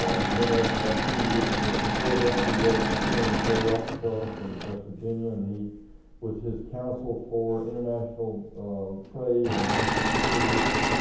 ah he's been there for about two years but before that he worked for senator jay rockefeller from west virginia and he was his counsel for international trade and national security issues.